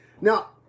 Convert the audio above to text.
Now